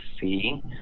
see